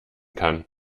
kann